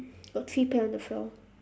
got three pear on the floor